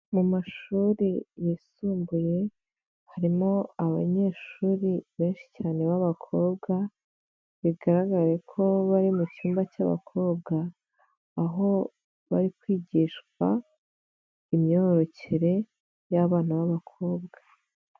Mu mashuri yisumbuye harimo abanyeshuri benshi cyane b'abakobwa, bigaragare ko bari mu cyumba cy'abakobwa, aho bari kwigishwa imyororokere y'abana b'abakobwa.